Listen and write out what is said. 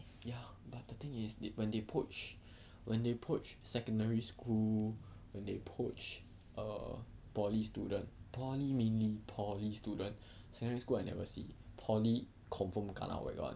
ya but the thing is when they poach when they poach secondary school when they poach err poly students poly mainly poly student secondary school I never see poly confirm kena whack [one]